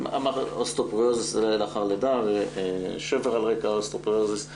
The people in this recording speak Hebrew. אוסטאופורוזיס לאחר לידה ושבר על רקע אוסטאופורוזיס,